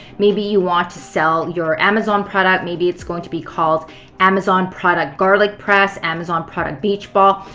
maybe you want to sell your amazon product. maybe it's going to be called amazon product garlic press, amazon product beach ball,